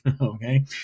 okay